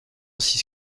six